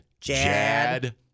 Jad